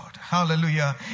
Hallelujah